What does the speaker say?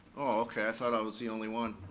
okay, i thought i was the only one.